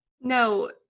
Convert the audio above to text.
No